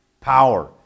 power